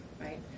right